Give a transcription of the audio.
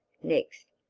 next,